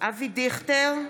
אבי דיכטר,